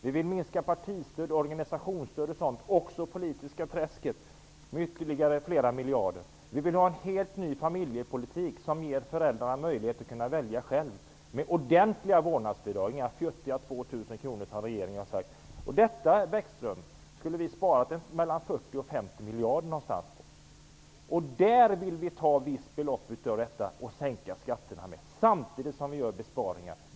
Vi vill minska partistöd, organisationsstöd och sådant, liksom i det politiska träsket, med flera miljarder ytterligare. Vi vill ha en helt ny familjepolitik som ger föräldrarna möjlighet att kunna välja själva, med ordentliga vårdnadsbidrag och inga fjuttiga 2 000 kr som regeringen har sagt. På detta skulle vi spara mellan 40 och 50 miljarder, Lars Bäckström. Av dem vill vi ta ett visst belopp att sänka skatterna med, samtidigt som vi alltså gör besparingar.